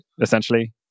essentially